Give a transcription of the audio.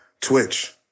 twitch